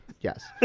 yes